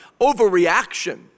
overreaction